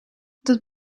dat